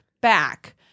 back